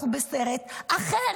אנחנו בסרט אחר,